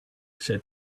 said